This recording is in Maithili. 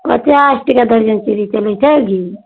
पचास टके दर्जन चूड़ी चलै छै गे